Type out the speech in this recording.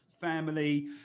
family